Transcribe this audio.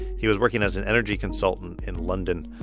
he was working as an energy consultant in london.